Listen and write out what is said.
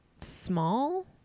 small